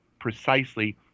precisely